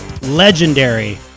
legendary